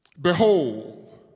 Behold